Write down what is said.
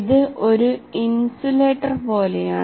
ഇത് ഒരു ഇൻസുലേറ്റർ പോലെയാണ്